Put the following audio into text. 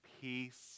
peace